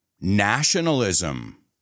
nationalism